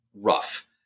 rough